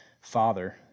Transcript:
Father